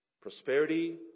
Prosperity